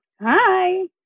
Hi